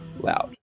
loud